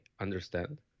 understand